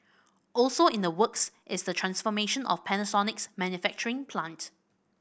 also in the works is the transformation of Panasonic's manufacturing plant